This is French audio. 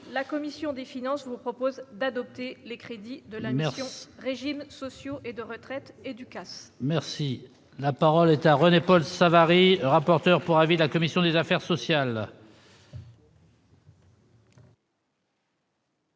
La commission des finances vous propose d'adopter les crédits de la mer régimes sociaux et de retraite, éducation. Merci, la parole est à René-Paul Savary, rapporteur pour avis de la commission des affaires sociales.